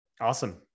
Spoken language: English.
Awesome